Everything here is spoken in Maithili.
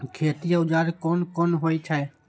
खेती औजार कोन कोन होई छै?